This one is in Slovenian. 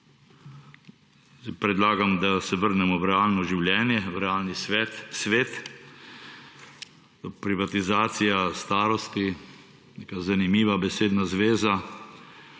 Predlagam, da se vrnemo v realno življenje, v realni svet. Privatizacija starosti – zanimiva besedna zveza.